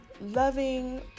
loving